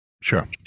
Sure